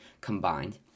combined